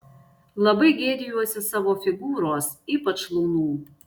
labai gėdijuosi savo figūros ypač šlaunų